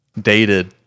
dated